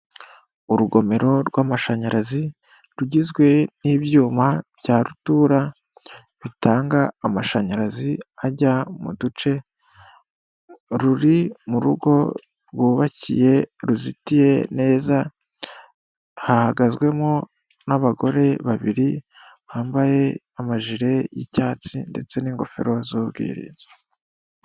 Urugomero rw'amashanyarazi rugizwe n'ibyuma bya rutura, bitanga amashanyarazi ajya mu duce ruri mu rugo rwubakiye ruzitiye neza, hahagazwemo n'abagore babiri bambaye amajire y'icyatsi ndetse n'ingofero z'ubwirinzi.